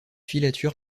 filature